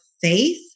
faith